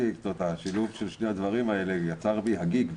השילוב של שני הדברים האלה יצר בי הגיג.